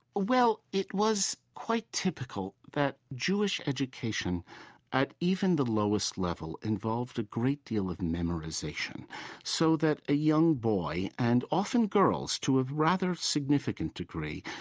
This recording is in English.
well, it was quite typical that jewish education at even the lowest level involved a great deal of memorization so that a young boy, and often girls to a rather significant degree,